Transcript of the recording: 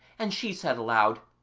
and she said aloud,